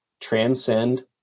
transcend